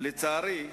הצרה היא,